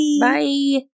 Bye